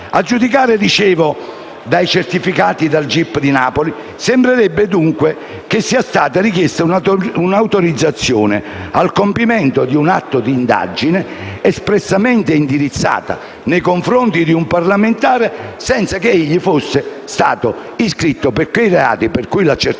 A giudicare dai certificati del gip di Napoli, sembrerebbe che sia stata richiesta una autorizzazione al compimento di un atto d'indagine espressamente indirizzata nei confronti di un parlamentare, senza che egli fosse stato iscritto, per quei reati per cui l'autorizzazione